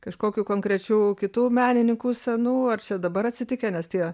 kažkokių konkrečių kitų menininkų senų ar čia dabar atsitikę nes tie